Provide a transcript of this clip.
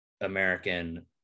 American